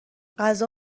غذا